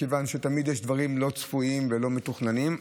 מכיוון שתמיד יש דברים לא צפויים ולא מתוכננים,